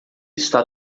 está